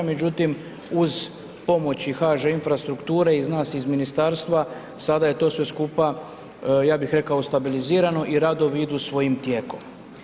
Međutim, uz pomoć i HŽ Infrastrukture i nas iz ministarstva sada je to sve skupa, ja bih rekao stabilizirano i radovi idu svojim tijekom.